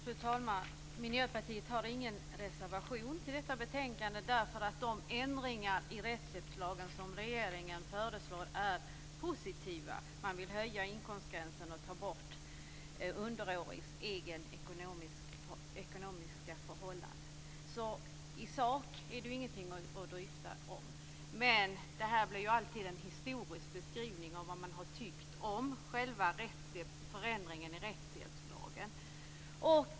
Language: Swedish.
Fru talman! Miljöpartiet har ingen reservation vid detta betänkande, eftersom de ändringar i rättshjälpslagen som regeringen föreslår är positiva. Man vill höja inkomstgränsen, och avgiften skall för den underårige grundas på den underåriges egna ekonomiska förhållanden. I sak finns det alltså ingenting att dryfta, men det görs här alltid en historisk beskrivning av vad man har tyckt om förändringen i rättshjälpslagen.